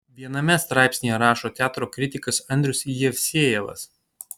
viename straipsnyje rašo teatro kritikas andrius jevsejevas